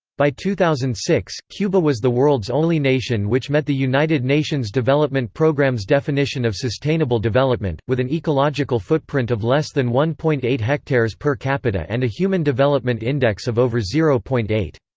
by two thousand and six, cuba was the world's only nation which met the united nations development programme's definition of sustainable development, with an ecological footprint of less than one point eight hectares per capita and a human development index of over zero point eight.